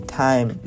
time